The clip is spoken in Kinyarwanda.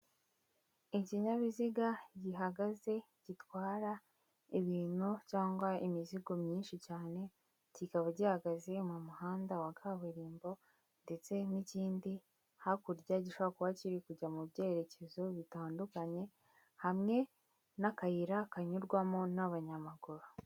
Ikinyabiziga gihagaze gitwara ibintu cyangwa imizigo myinshi cyane, kikaba gihagaze mu muhanda wa kaburimbo, ndetse n'ikindi hakurya gishoboraku kiri kujya mu byerekezo bitandukanye hamwe n'akayira kanyurwamo n'abanyamaguru.